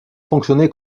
fonctionnait